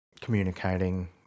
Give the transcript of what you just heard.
communicating